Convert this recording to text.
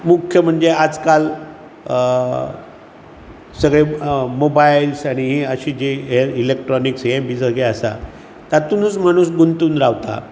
मुख्य म्हणजे आजकाल सगळी मोबायलस सगळी ही अशी इलॅक्ट्रोनीक हें बी सगळें आसा तातूंनूच मनीस गुंथून रावता